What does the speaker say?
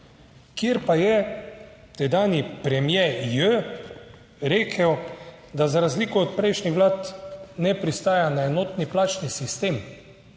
kjer pa je tedanji premier J rekel, da za razliko od prejšnjih vlad ne pristaja na enotni plačni sistem